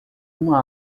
uma